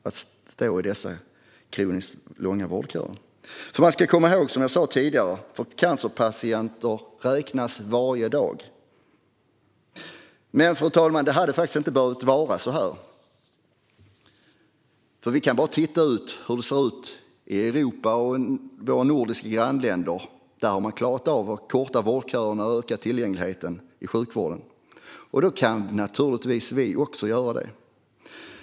Som jag sa tidigare ska man komma ihåg att för en cancerpatient räknas varje dag. Men, fru talman, det hade inte behövt vara så här. Tittar vi ut och ser på hur det i är Europa och i våra nordiska grannländer så har man klarat att korta sina vårdköer och öka tillgängligheten i sjukvården. Då kan naturligtvis vi också göra det.